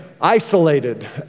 isolated